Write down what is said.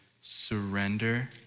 surrender